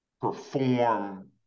perform